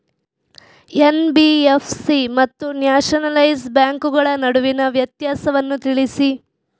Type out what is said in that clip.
NBFC ಮತ್ತು nationalise ಬ್ಯಾಂಕುಗಳ ನಡುವಿನ ವ್ಯತ್ಯಾಸವನ್ನು ತಿಳಿಸಿ?